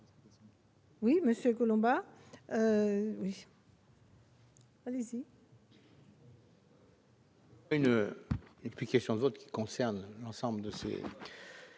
jour, monsieur Collombat.